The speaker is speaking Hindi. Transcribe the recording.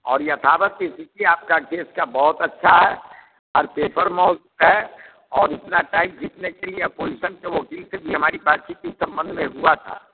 और यथावत स्थिति आपके केस का बहुत अच्छा है हर पेपर मोस्ट है और इतना टाइम घिचने के लिए अपोजिसन के वकील से भी हमारी बातचीत इस सम्बन्ध में हुआ था